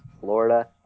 Florida